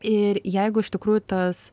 ir jeigu iš tikrųjų tas